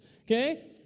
Okay